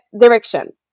direction